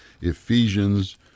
Ephesians